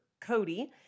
Cody